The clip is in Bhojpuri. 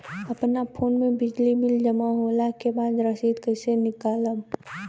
अपना फोन मे बिजली बिल जमा होला के बाद रसीद कैसे निकालम?